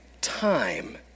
time